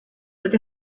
with